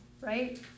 right